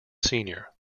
senior